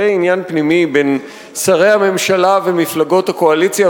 זה עניין פנימי בין שרי הממשלה ומפלגות הקואליציה,